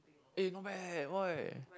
eh not bad leh oi